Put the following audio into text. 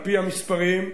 על-פי המספרים,